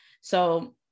So-